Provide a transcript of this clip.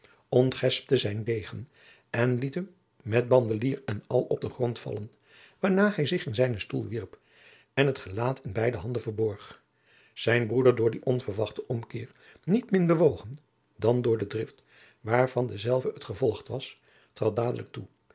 ontgespte zijnen degen en liet dien met bandelier en al op den grond vallen waarna hij zich in zijnen stoel wierp en het gelaat in beide handen verborg zijn broeder door dien onverwachten omkeer niet min bewogen dan door de drift waarvan dezelve het gevolg was trad dadelijk toe